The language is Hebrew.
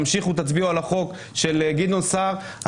תמשיכו, תצביעו על החוק של גדעון סער.